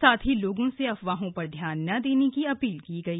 साथ ही लोगों से अफवाहों पर ध्यान न देने की अपील की गई